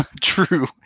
True